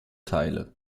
teile